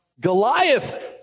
Goliath